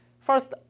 first,